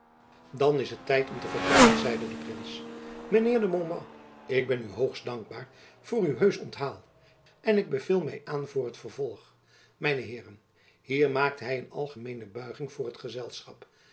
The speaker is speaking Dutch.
dan is het tijd om te vertrekken zeide de prins mijn heer de montbas ik ben u hoogst dankbaar voor uw heusch onthaal en ik beveel my aan voor t vervolg mijne heeren hier maakte hy een algemeene buiging voor t gezelschap